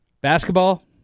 Basketball